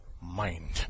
mind